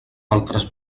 altres